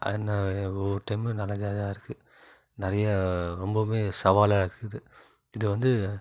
ஒரு டைமு நல்ல இதாக தான் இருக்குது நிறையா ரொம்பவுமே சவாலாக இருக்குது இது வந்து